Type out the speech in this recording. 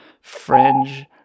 fringe